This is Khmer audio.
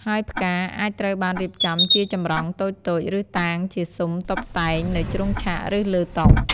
ហើយផ្កាអាចត្រូវបានរៀបចំជាចម្រង់តូចៗ ឬតាងជាស៊ុមតុបតែងនៅជ្រុងឆាក ឬលើតុ។